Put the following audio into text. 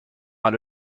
alle